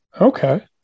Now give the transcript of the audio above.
Okay